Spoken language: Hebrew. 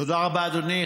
תודה רבה, אדוני.